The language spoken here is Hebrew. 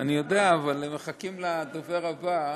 אני יודע, אבל מחכים לדובר הבא.